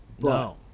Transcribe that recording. No